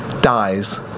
dies